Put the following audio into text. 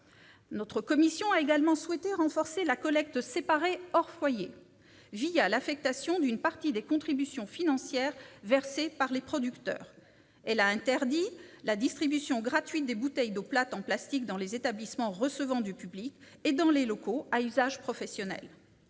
Notre commission a également souhaité renforcer la collecte séparée « hors foyer » l'affectation d'une partie des contributions financières versées par les producteurs. Elle a interdit la distribution gratuite des bouteilles d'eau plate en plastique dans les établissements recevant du public et dans les locaux à usage professionnel.